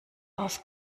aus